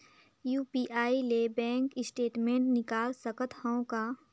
UPI ले bank statement निकाल सकत हवं का?